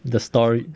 the story